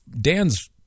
Dan's